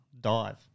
dive